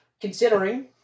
considering